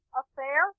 affair